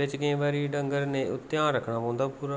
बिच केईं बारी डंगर ध्यान रक्खना पौंदा पूरा